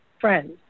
friends